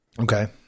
Okay